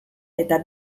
eta